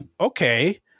okay